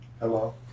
hello